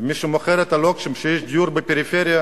ומי שמוכר את הלוקשים שיש דיור בפריפריה,